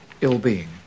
ill-being